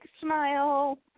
smile